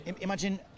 imagine